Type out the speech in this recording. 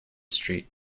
street